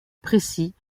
précis